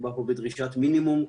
מדובר פה בדרישת מינימום.